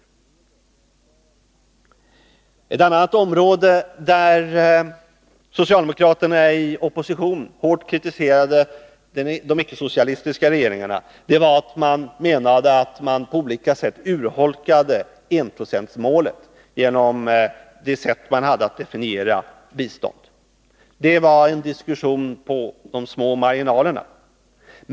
Det finns ett annat område där socialdemokraterna i opposition hårt kritiserade de icke-socialistiska regeringarna. De opponerade sig mot vad de uppfattade som urholkningar av enprocentsmålet, vilka skedde genom sättet att definiera bistånd — men detta var en diskussion på de små marginalerna.